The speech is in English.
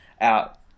out